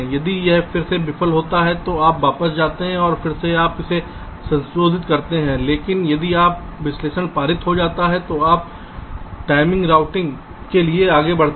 यदि यह फिर से विफल हो जाता है तो आप वापस चले जाते हैं फिर से आप इसे संशोधित करते हैं लेकिन यदि समय विश्लेषण पारित हो जाता है तो आप टाइमिंग रूटिंग के लिए आगे बढ़ते हैं